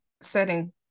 setting